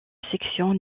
sélection